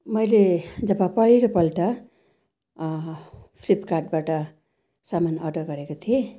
मैले जब पहिलोपल्ट फ्लिपकार्टबाट सामान अर्डर गरेको थिएँ